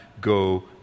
go